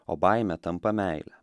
o baimė tampa meile